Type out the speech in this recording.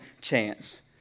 chance